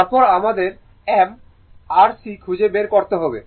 তারপর আমাদের m আর C খুঁজে বের করতে হবে